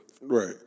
Right